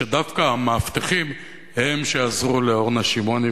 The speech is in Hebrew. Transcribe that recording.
שדווקא המאבטחים הם שעזרו לאורנה שמעוני